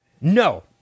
No